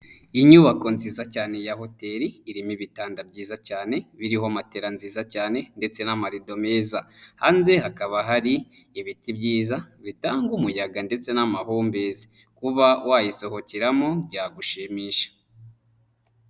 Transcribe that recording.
Inyubako nziza cyane ya hoteli, irimo ibitanda byiza cyane, biriho matela nziza cyane ndetse n'amarido meza, hanze hakaba hari ibiti byiza bitanga umuyaga ndetse n'amahumbezi, kuba wayisohokeramo byagushimisha.